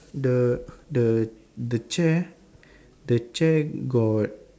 the the the chair the chair got